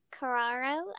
Carraro